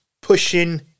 pushing